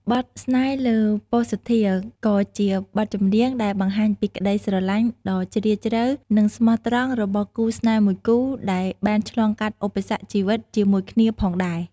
បទ ស្នេហ៍លើពសុធា ក៏ជាបទចម្រៀងដែលបង្ហាញពីក្តីស្រឡាញ់ដ៏ជ្រាលជ្រៅ និងស្មោះត្រង់របស់គូស្នេហ៍មួយគូដែលបានឆ្លងកាត់ឧបសគ្គជីវិតជាមួយគ្នាផងដែរ។